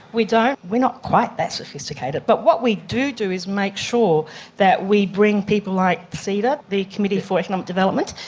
we don't, we're not quite that sophisticated. but what we do do is make sure that we bring people like ceda, the committee for economic development,